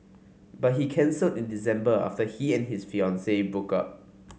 but he cancelled in December after he and his fiancee broke up